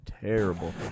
terrible